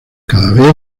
cada